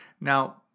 Now